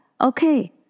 Okay